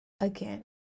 again